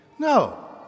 No